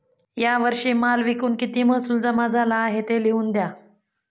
या वर्षी माल विकून किती महसूल जमा झाला आहे, ते लिहून द्या